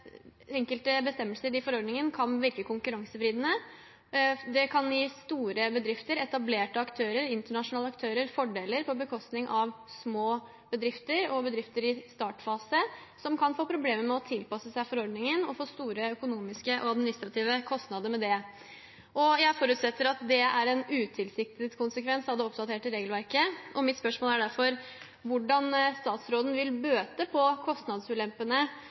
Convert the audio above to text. enkelte bestemmelser i forordningen kan virke konkurransevridende. Det kan gi store bedrifter, etablerte aktører, internasjonale aktører fordeler på bekostning av små bedrifter og bedrifter i startfasen, som kan få problemer med å tilpasse seg forordningen og få store økonomiske og administrative kostnader med det. Jeg forutsetter at det er en utilsiktet konsekvens av det oppdaterte regelverket, og mitt spørsmål er derfor: Hvordan vil statsråden bøte på kostnadsulempene